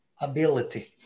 ability